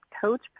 coach